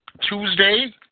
Tuesday